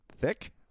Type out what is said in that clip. thick